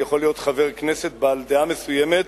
יכול להיות חבר כנסת בעל דעה מסוימת